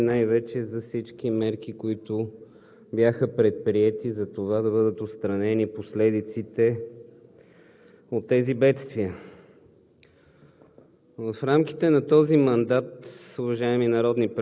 за бедствията, които се случиха на територията на страната, и най-вече за всички мерки, които бяха предприети да бъдат отстранени последиците от тези бедствия.